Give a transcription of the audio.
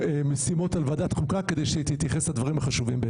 משימות על ועדת החוקה כדי שהיא תתייחס לדברים החשובים באמת.